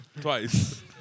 twice